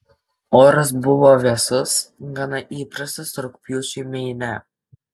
oras buvo vėsus gana įprastas rugpjūčiui meine